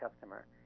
customer